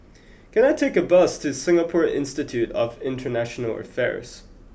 can I take a bus to Singapore Institute of International Affairs